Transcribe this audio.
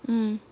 mm